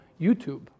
YouTube